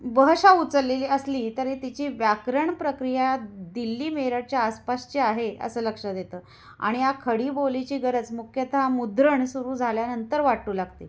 बहशा उचललेली असली तरी तिची व्याकरण प्रक्रिया दिल्ली मेरठच्या आसपासची आहे असं लक्षात येतं आणि या खडी बोलीची गरज मुख्यतः मुद्रण सुरू झाल्यानंतर वाटू लागते